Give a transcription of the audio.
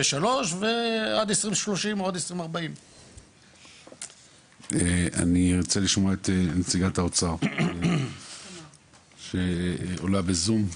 ועד 2030 או עד 2040. אני ארצה לשמוע את נציגת האוצר שעולה בזום,